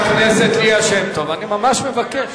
חברת הכנסת ליה שמטוב, אני ממש מבקש.